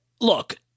look